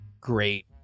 great